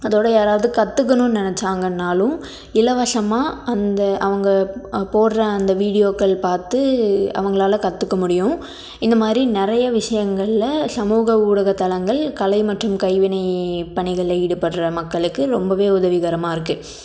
அதோடு யாராவது கற்றுக்கணுன்னு நினச்சாங்கன்னாலும் இலவசமாக அந்த அவங்க போடுற அந்த வீடியோக்கள் பார்த்து அவங்களால் கற்றுக்க முடியும் இந்த மாதிரி நிறைய விஷயங்கள்ல சமூக ஊடகத்தலங்கள் கலை மற்றும் கைவினை பணிகளில் ஈடுபடுற மக்களுக்கு ரொம்பவே ஒரு உதவிகரமாக இருக்குது